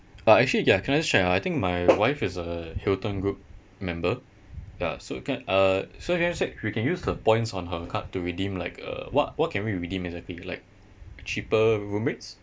uh actually ya can I just check ah I think my wife is a hilton group member ya so can uh so can you check we can use the points on her card to redeem like uh what what can we redeem exactly like cheaper room rates